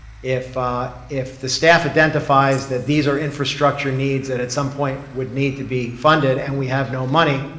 if if the staff identifies that these are infrastructure needs that at some point would need to be funded, and we have no money,